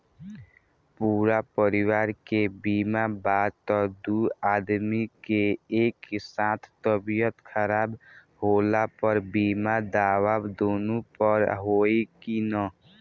पूरा परिवार के बीमा बा त दु आदमी के एक साथ तबीयत खराब होला पर बीमा दावा दोनों पर होई की न?